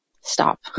stop